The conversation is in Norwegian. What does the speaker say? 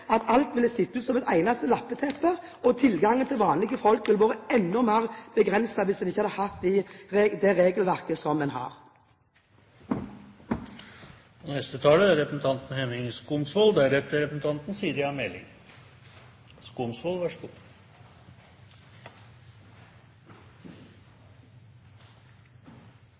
at alt ville sett ut som et eneste lappeteppe – og tilgangen for vanlige folk ville vært enda mer begrenset – hvis en ikke hadde hatt det regelverket en har.